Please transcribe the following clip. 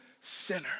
sinner